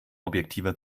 objektiver